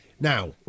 Now